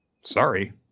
Sorry